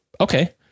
Okay